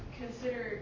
consider